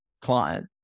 client